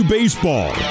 Baseball